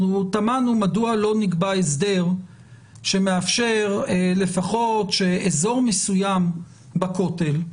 אנחנו תמהנו מדוע לא נקבע הסדר שמאפשר לפחות שאזור מסוים בכותל,